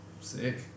Sick